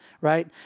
right